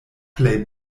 plej